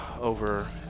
over